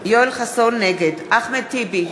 נגד אחמד טיבי,